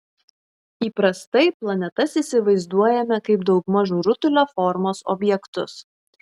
įprastai planetas įsivaizduojame kaip daugmaž rutulio formos objektus